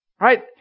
right